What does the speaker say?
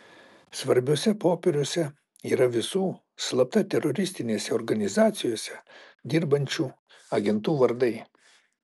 svarbiuose popieriuose yra visų slapta teroristinėse organizacijose dirbančių agentų vardai